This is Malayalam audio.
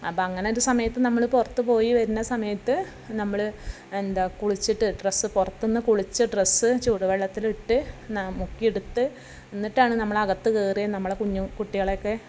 അപ്പോൾ അങ്ങനെയൊരു സമയത്ത് നമ്മൾ പുറത്ത് പോയി വരണ സമയത്ത് നമ്മൾ എന്താ കുളിച്ചിട്ട് ഡ്രസ്സ് പുറത്തു നിന്ന് കുളിച്ച് ഡ്രസ്സ് ചൂടു വെള്ളത്തിലിട്ട് മുക്കിയെടുത്ത് എന്നിട്ടാണ് നമ്മളകത്ത് കയറി നമ്മളെ കുഞ്ഞ് കുട്ടികളെയൊക്കെ